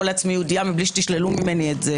לעצמי יהודייה מבלי שתשללו ממני את זה